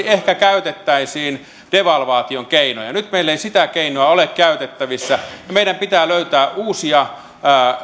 ehkä käytettäisiin devalvaation keinoja nyt meillä ei sitä keinoa ole käytettävissä niin meidän pitää löytää uusia